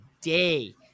day